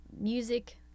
music